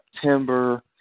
September